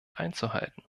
einzuhalten